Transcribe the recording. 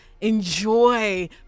Enjoy